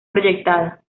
proyectada